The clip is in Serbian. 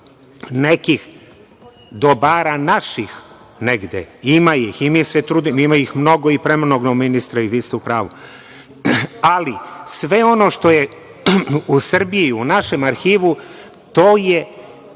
nekih dobara naših negde. Ima ih. Ima ih mnogo i premnogo, ministre, i vi ste u pravu, ali sve ono što je u Srbiji, u našem arhivu to je